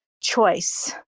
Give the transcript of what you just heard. choice